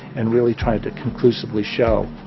and really tried to conclusively show,